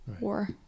war